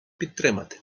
підтримати